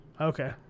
Okay